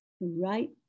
right